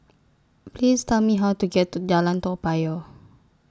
Please Tell Me How to get to Jalan Toa Payoh